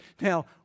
Now